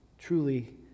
Truly